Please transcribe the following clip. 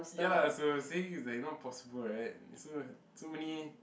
ya lah so saying is like not possible right so so many